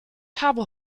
habe